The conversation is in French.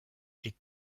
est